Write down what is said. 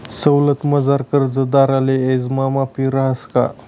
सवलतमझार कर्जदारले याजमा माफी रहास का?